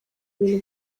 ibintu